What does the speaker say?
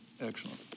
excellent